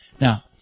Now